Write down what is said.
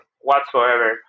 whatsoever